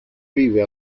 vive